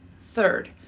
Third